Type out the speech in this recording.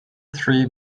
three